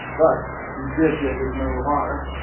but he did get his medal of honor.